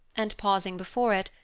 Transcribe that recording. and, pausing before it,